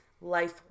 Life